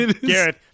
Garrett